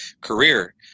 career